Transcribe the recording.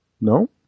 No